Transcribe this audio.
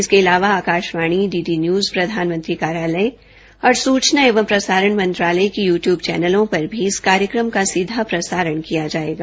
इसके अलावा Akashvani DD news प्रधानमंत्री कार्यालय और सूचना एवं प्रसारण मंत्रालय के यू द्यूब चैनलों पर भी इस कार्यकम का सीधा प्रसारण किया जायेगा